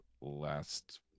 last